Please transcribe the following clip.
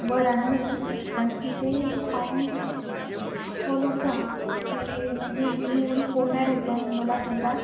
वर आणलं मी पण तिथे पाणी इतकं खोल होतं की म्हणजे मी एव्हढी पोहणारी आहे पण मलासुद्धा